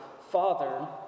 Father